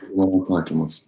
mano atsakymas